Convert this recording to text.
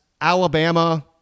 Alabama